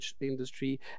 industry